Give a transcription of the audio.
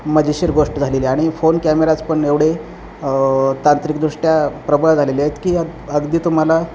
मजेशीर गोष्ट झालेली आहे आणि फोन कॅमेराज पण एवढे तांत्रिकदृष्ट्या प्रबळ झालेले आहेत की अग अगदी तुम्हाला